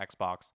xbox